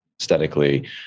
aesthetically